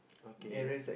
okay